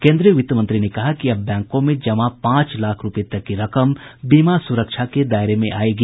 केन्द्रीय वित्त मंत्री ने कहा कि अब बैंकों में जमा पांच लाख रूपये तक की रकम बीमा सुरक्षा के दायरे में आयेगी